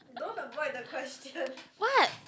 what